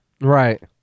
Right